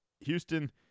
Houston